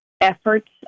efforts